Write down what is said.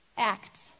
Act